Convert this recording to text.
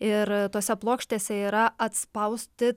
ir tose plokštėse yra atspausti